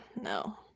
no